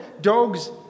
dogs